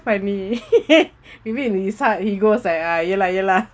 funny maybe in his heart he goes like ah ya lah ya lah